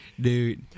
dude